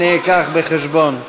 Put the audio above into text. אני אביא בחשבון.